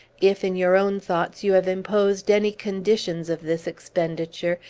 if, in your own thoughts, you have imposed any conditions of this expenditure,